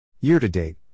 Year-to-date